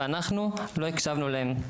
ואנחנו לא הקשבנו להם.